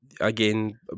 again